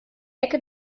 ecke